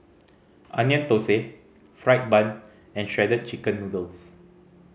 Onion Thosai fried bun and Shredded Chicken Noodles